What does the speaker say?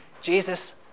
Jesus